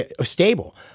stable